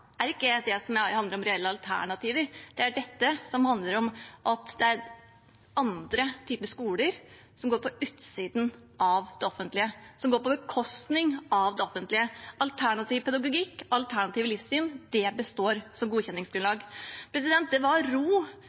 er ikke det som handler om reelle alternativer; det handler om at det er andre typer skoler, som går på utsiden av det offentlige, og som går på bekostning av det offentlige. Alternativ pedagogikk og alternative livssyn består som godkjenningsgrunnlag. Det var ro